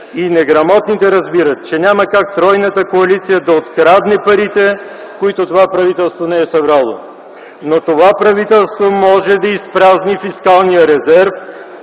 И неграмотните разбират, че няма как тройната коалиция да открадне парите, които това правителство не е събрало. Но това правителство може да изпразни фискалния резерв,